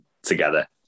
together